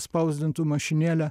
spausdintų mašinėle